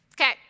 Okay